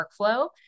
workflow